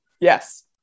yes